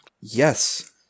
Yes